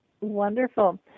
wonderful